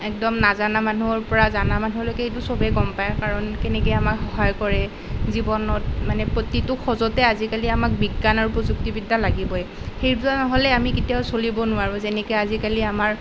একদম নাজানা মানুহৰ পৰা জানা মানুহলৈকে এইটো চবেই গম পায় কাৰণ কেনেকে আমাক সহায় কৰে জীৱনত মানে প্ৰতিটো খোজতে আজিকালি আমাক বিজ্ঞান আৰু প্ৰযুক্তিবিদ্যা লাগিবই সেই দুটা নহ'লে আমি কেতিয়াও চলিব নোৱাৰোঁ যেনেকৈ আজিকালি আমাৰ